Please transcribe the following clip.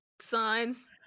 signs